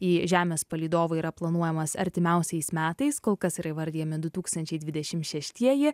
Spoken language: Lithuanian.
į žemės palydovą yra planuojamas artimiausiais metais kol kas yra įvardijami du tūkstančiai dvidešim šeštieji